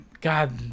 God